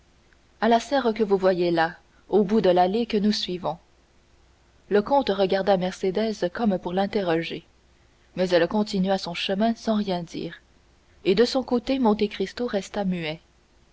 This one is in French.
à la serre que vous voyez là au bout de l'allée que nous suivons le comte regarda mercédès comme pour l'interroger mais elle continua son chemin sans rien dire et de son côté monte cristo resta muet